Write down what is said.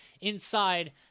Inside